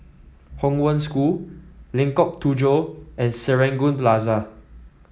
Hong Wen School Lengkok Tujoh and Serangoon Plaza